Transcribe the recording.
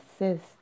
assist